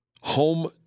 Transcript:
Home